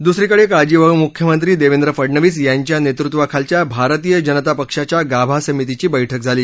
दुसरीकडे काळजीवाहू मुख्यमंत्री देवेंद्र फडनवीस यांच्या नेतृत्वाखालच्या भारतीय जनता पक्षाच्या गाभा समितीची बैठक झाली